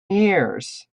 years